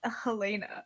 Helena